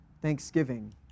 thanksgiving